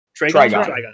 trigon